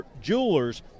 Jewelers